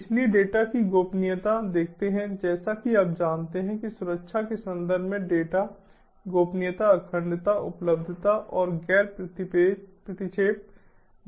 इसलिए डेटा की गोपनीयता देखते हैं जैसा कि आप जानते हैं कि सुरक्षा के संदर्भ में डेटा गोपनीयता अखंडता उपलब्धता और गैर प्रतिक्षेप बहुत महत्वपूर्ण मुद्दे हैं